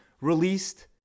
released